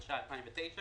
התש"ע-2009